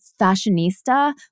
fashionista